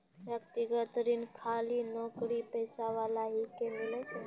व्यक्तिगत ऋण खाली नौकरीपेशा वाला ही के मिलै छै?